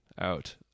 out